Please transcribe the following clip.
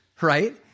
right